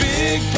Big